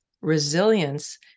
resilience